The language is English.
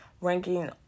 ranking